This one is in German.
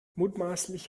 mutmaßlich